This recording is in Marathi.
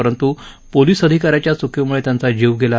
परंतू पोलिस अधिकाऱ्याच्या चुकीमुळे त्यांचा जीव गेला